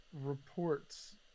reports